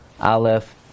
Aleph